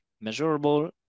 measurable